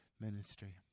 ministry